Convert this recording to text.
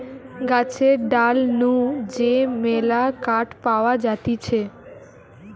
গাছের ডাল নু যে মেলা কাঠ পাওয়া যাতিছে